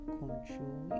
control